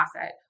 asset